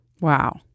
Wow